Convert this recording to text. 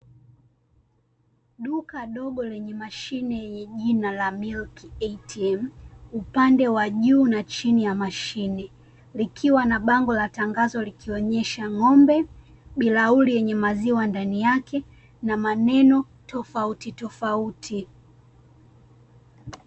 Duka dogo lenye mashine lenye jina la MILK ATM, upande wa juu na chini ya mashine likiwa na bango la tangazo likionyesha ng'ombe, bilauri yenye maziwa ndani yake na maneno tofauti tofauti.